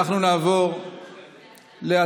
אנחנו נעבור להצבעה